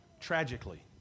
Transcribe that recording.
tragically